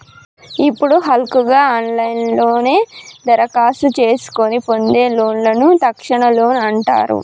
ఇప్పుడు హల్కగా ఆన్లైన్లోనే దరఖాస్తు చేసుకొని పొందే లోన్లను తక్షణ లోన్ అంటారు